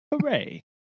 Hooray